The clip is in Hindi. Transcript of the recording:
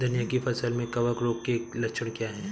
धनिया की फसल में कवक रोग के लक्षण क्या है?